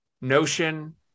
Notion